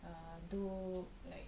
err do like